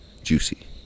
Juicy